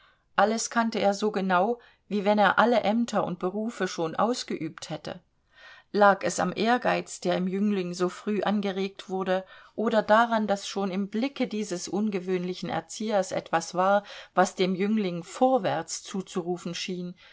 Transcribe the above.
alles kannte er so genau wie wenn er alle ämter und berufe schon ausgeübt hätte lag es am ehrgeiz der im jüngling so früh angeregt wurde oder daran daß schon im blicke dieses ungewöhnlichen erziehers etwas war was dem jüngling vorwärts zuzurufen schien